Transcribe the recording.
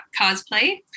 Cosplay